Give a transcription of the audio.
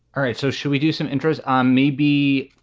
right. so should we do some interest um maybe?